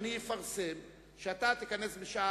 אדוני יפרסם שתכנס,